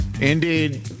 Indeed